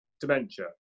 dementia